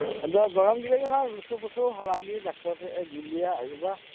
ᱟᱫᱚ ᱜᱚᱲᱚᱢ ᱜᱤᱫᱽᱨᱟᱹ ᱜᱮ ᱦᱟᱸᱜ ᱞᱩᱥᱩ ᱯᱩᱥᱩ ᱦᱚᱞᱟᱜᱮ ᱰᱠᱛᱚᱨ ᱥᱮᱡ ᱮ ᱤᱫᱤ ᱞᱮᱫᱮᱭᱟ ᱟᱡ ᱵᱟᱵᱟ